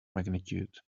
magnitude